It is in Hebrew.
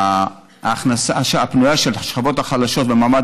ההכנסה הפנויה של השכבות החלשות ומעמד